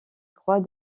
croix